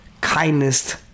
kindness